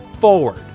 forward